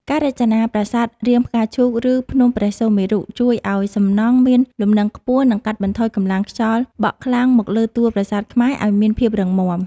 ការរចនាប្រាសាទរាងផ្កាឈូក ឬ ភ្នំព្រះសុមេរុជួយឱ្យសំណង់មានលំនឹងខ្ពស់ និង កាត់បន្ថយកម្លាំងខ្យល់បក់ខ្លាំងមកលើតួប្រាសាទខ្មែរឱ្យមានភាពរឹងមាំ។